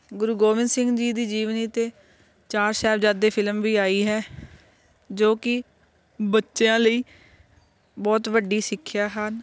ਗੁਰੂ ਗੋਬਿੰਦ ਸਿੰਘ ਜੀ ਦੀ ਜੀਵਨੀ 'ਤੇ ਚਾਰ ਸਾਹਿਬਜ਼ਾਦੇ ਫਿਲਮ ਵੀ ਆਈ ਹੈ ਜੋ ਕਿ ਬੱਚਿਆਂ ਲਈ ਬਹੁਤ ਵੱਡੀ ਸਿੱਖਿਆ ਹਨ